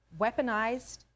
weaponized